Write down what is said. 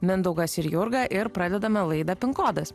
mindaugas ir jurga ir pradedame laidą pinkodas